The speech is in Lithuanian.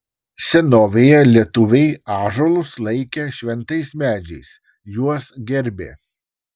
senovėje lietuviai ąžuolus laikė šventais medžiais juos gerbė